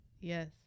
Yes